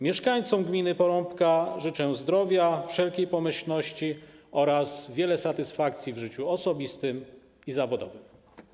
Mieszkańcom gminy Porąbka życzę zdrowia, wszelkiej pomyślności oraz wiele satysfakcji w życiu osobistym i zawodowym.